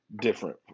different